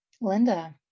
Linda